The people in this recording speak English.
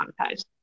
monetized